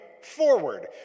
Forward